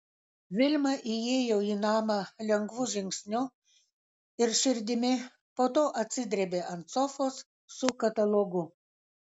vilma įėjo į namą lengvu žingsniu ir širdimi po to atsidrėbė ant sofos su katalogu